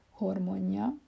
hormonja